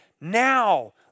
now